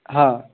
हाँ